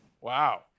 Wow